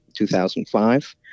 2005